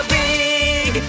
big